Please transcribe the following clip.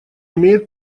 имеет